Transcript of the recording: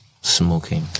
smoking